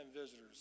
visitors